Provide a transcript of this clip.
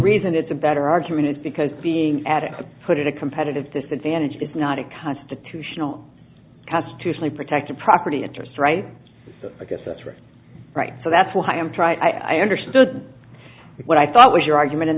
reason it's a better argument is because being added to put in a competitive disadvantage is not a constitutional constitutionally protected property interest right i guess that's right right so that's why i'm trying i understood what i thought was your argument and